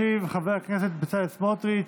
ישיב חבר הכנסת בצלאל סמוטריץ'.